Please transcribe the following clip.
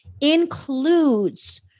includes